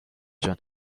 جان